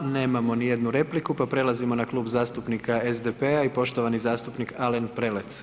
Nemamo nijednu repliku pa prelazimo na Klub zastupnika SDP-a i poštovani zastupnik Alen Prelec.